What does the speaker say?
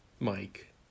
Mike